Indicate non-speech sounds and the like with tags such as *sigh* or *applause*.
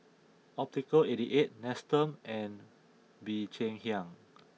Optical eighty eight Nestum and Bee Cheng Hiang *noise*